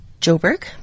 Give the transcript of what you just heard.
Joburg